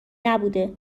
نبوده